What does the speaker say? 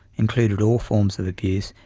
included all forms of abuse,